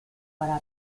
para